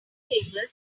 table